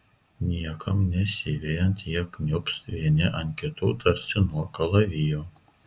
niekam nesivejant jie kniubs vieni ant kitų tarsi nuo kalavijo